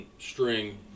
string